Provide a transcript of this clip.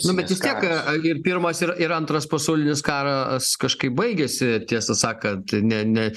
nu bet vis tiek a ir pirmas ir ir antras pasaulinis karas kažkaip baigėsi tiesą sakant ne ne